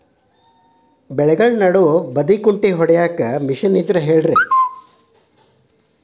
ಬೆಳೆಗಳ ನಡುವೆ ಬದೆಕುಂಟೆ ಹೊಡೆಯಲು ಮಿಷನ್ ಇದ್ದರೆ ಹೇಳಿರಿ